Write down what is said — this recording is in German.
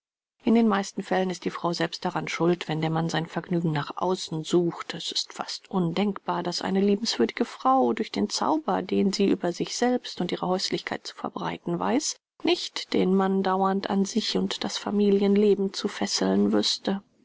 in den meisten fällen ist die frau selbst daran schuld wenn der mann sein vergnügen nach außen sucht es ist fast undenkbar daß eine liebenswürdige frau durch den zauber den sie über sich selbst und ihre häuslichkeit zu verbreiten weiß nicht den mann dauernd an sich und das familienleben zu fesseln wüßte